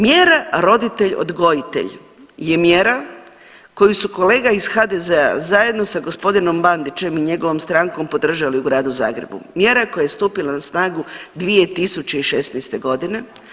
Mjera roditelj odgojitelj je mjera koju su kolega iz HDZ-a zajedno sa gospodinom Bandićem i njegovom strankom podržali u gradu Zagrebu, mjera koja je stupila na snagu 2016. godine.